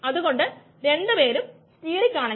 അതുപോലെ 1vm എന്നത് ഒരു ഇന്റർസെപ്റ്റ് ആണ്